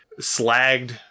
slagged